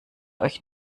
euch